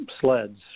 sleds